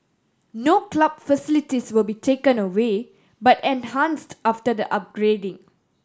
no club facilities will be taken away but enhanced after the upgrading